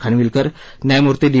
खानविलकर न्यायमूर्ती डी